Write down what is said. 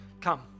come